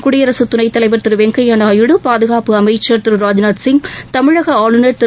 குடியரசு துணைத்தலைவர் திரு வெங்கையா நாயுடு பாதுகாப்பு அமைச்ச் திரு ராஜ்நாத்சிங் தமிழக ஆளுநர் திரு